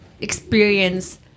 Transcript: experience